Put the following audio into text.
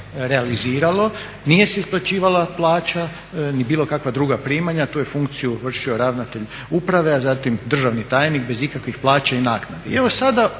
nije se isplaćivala plaća ni bilo kakva druga primanja. Tu je funkciju vršio ravnatelj uprave, a zatim državni tajnik bez ikakvih plaća i naknade.